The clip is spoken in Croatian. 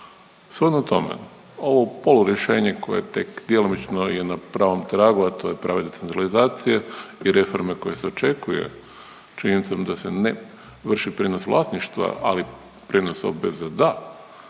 Shodno tome, ovo polurješenje koje tek djelomično je na pravom tragu, a to je .../Govornik se ne razumije./... stabilizacije i reforme koje se očekuje činjenicom da se ne vrši prijenos vlasništva, ali prijenos obveze da